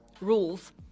rules